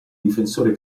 difensore